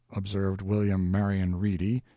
observed william marion reedy,